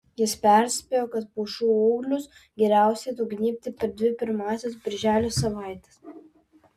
jis perspėjo kad pušų ūglius geriausiai nugnybti per dvi pirmąsias birželio savaites